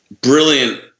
brilliant